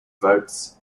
votes